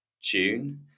June